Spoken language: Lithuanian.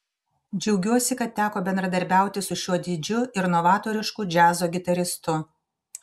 džiaugiuosi kad teko bendradarbiauti su šiuo didžiu ir novatorišku džiazo gitaristu